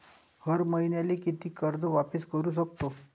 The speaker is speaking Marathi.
हर मईन्याले कितीक कर्ज वापिस करू सकतो?